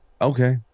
Okay